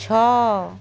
ଛଅ